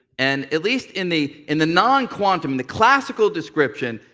and at least in the in the non-quantum, the classical description,